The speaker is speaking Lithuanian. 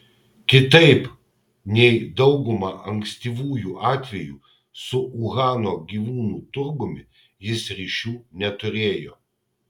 kitaip nei dauguma ankstyvųjų atvejų su uhano gyvūnų turgumi jis ryšių neturėjo